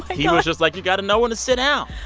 he ah was just like, you got to know when to sit out.